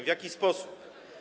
W jaki sposób?